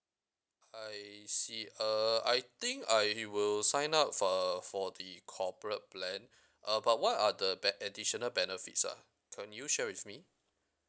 I see uh I think I will sign up for uh for the corporate plan uh but what other be~ additional benefits ah can you share with me